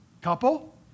Couple